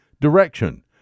direction